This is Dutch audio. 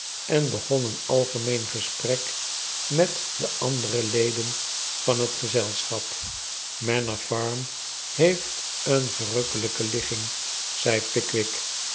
en begon een algemeen gesprek met de andere leden van het gezelschap manor farm heeft een verrukkelijke tigging zei pickwick